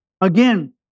again